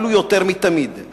אפילו יותר מתמיד.